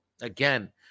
again